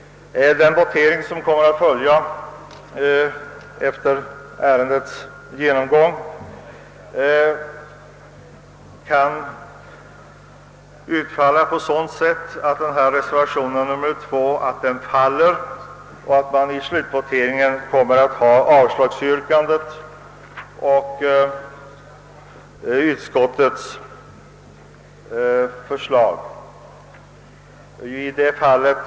Den votering som kommer att följa efter ärendets genomgång kan utfalla på sådant sätt att denna reservation avslås och att slutvoteringen kommer att stå mellan avslagsyrkandet och ut skottets förslag.